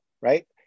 right